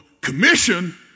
Commission